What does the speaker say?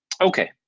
okay